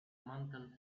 mantel